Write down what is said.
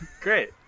Great